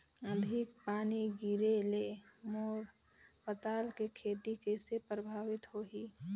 अधिक पानी गिरे ले मोर पताल के खेती कइसे प्रभावित होही?